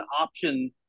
option